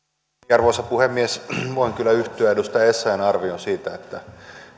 arvoisa puhemies voin kyllä yhtyä edustaja essayahn arvioon siitä että